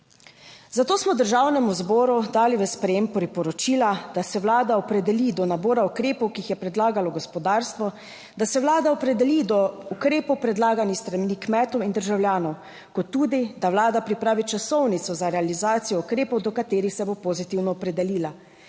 Zato smo Državnemu zboru dali v sprejem priporočila, da se Vlada opredeli do nabora ukrepov, ki jih je predlagalo gospodarstvo, da se Vlada opredeli do ukrepov predlaganih s strani kmetov in državljanov kot tudi, da Vlada pripravi časovnico za realizacijo ukrepov, do katerih se bo pozitivno opredelila